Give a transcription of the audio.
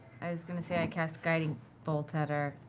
i was going to say i cast guiding bolt at her,